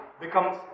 becomes